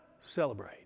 celebrate